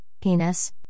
penis